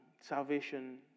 salvation